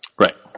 Right